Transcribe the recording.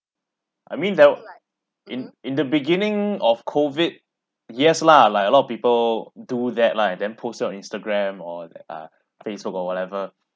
I mean that w~ in in the beginning of COVID yes lah like a lot of people do that lah and then post up on instagram or like uh facebook or whatever